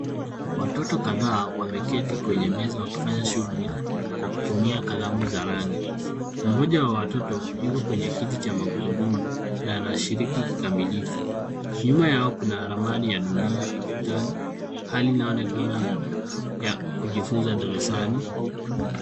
Watoto kadhaa wameketi kwenye meza wakifanya shughuli kwa kutumia kalamu za rangi. Mmoja wa watoto yuko kwenye kiti cha magurudumu na anashiriki kikamilifu. Nyuma yao kuna ramani ya dunia ukutani, hali inayooneana ya kujifunza darasani.